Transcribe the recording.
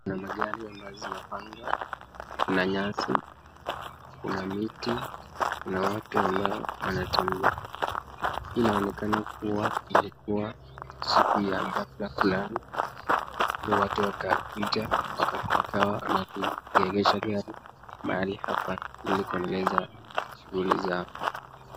Kuna magari ambazo zimepangwa, kuna nyasi, kuna miti, kuna watu ambao wanatembea, inaonekana kuwa ilikua siku ya ghafla fulani, watu wakakuja na wakawa wa kuegesha gari mahali hapa ili kuendeleza shughuli zao.